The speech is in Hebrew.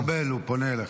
השר ארבל, הוא פונה אליך.